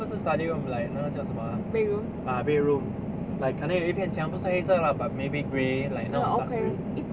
eh 不是 study room like 那个叫什么啊 ah bedroom like 可能有一片墙不是黑色 lah but maybe grey like 那种 dark grey